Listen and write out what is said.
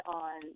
on